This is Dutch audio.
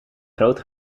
groot